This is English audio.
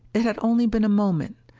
it had only been a moment.